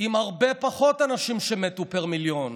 עם הרבה פחות אנשים שמתו פר מיליון: